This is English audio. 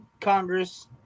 Congress